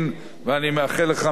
ואני מאחל לך מכאן,